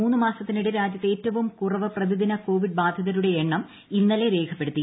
മൂന്നു മാസത്തിനിടെ രാജ്യത്ത് ഏറ്റവും കുറവ് പ്രതിദിന കോവിഡ് ബാധിതരുടെ എണ്ണം ഇന്നലെ രേഖപ്പെടുത്തി